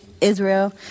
Israel